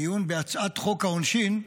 דיון בהצעת חוק העונשין,